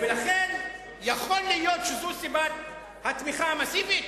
ולכן יכול להיות שזו סיבת התמיכה המסיבית.